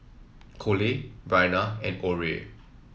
Kole Bryana and Orie